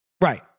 Right